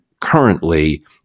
currently